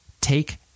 take